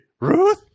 Ruth